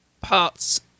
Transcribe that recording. parts